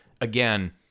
Again